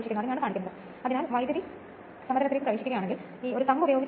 അതുപോലെ പവർ പ്ലാന്റിനായി synchronous generator ഉപയോഗിക്കുക